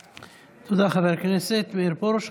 תודה, חבר הכנסת מאיר פרוש.